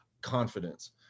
confidence